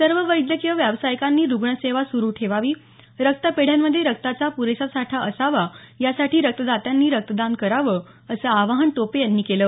सर्व वैद्यकीय व्यावसायिकांनी रुग्णसेवा सुरू ठेवावी रक्तपेढ्यांमध्ये रक्ताचा पुरेसा साठा असावा यासाठी रक्तदात्यांनी रक्तदान करावं असं आवाहन टोपे यांनी केलं